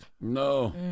No